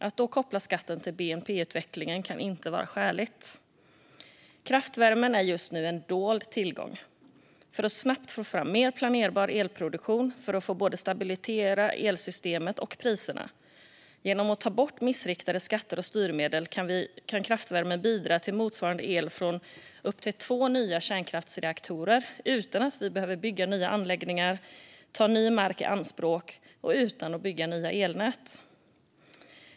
Att då koppla skatten till bnp-utvecklingen kan inte anses skäligt. Kraftvärmen är just nu en dold tillgång för att snabbt få fram mer planerbar elproduktion och på så sätt stabilisera både elsystemet och priserna. Genom att ta bort missriktade skatter och styrmedel kan kraftvärmen bidra med el motsvarande elen från upp till två nya kärnkraftsreaktorer - utan att vi behöver bygga nya anläggningar, ta ny mark i anspråk eller bygga nya elnät.